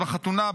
בחתונה,